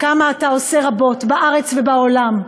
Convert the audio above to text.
כמה אתה עושה רבות, בארץ ובעולם,